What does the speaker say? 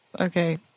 Okay